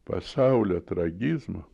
pasaulio tragizmo